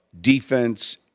defense